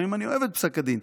לפעמים אני אוהב את פסק הדין.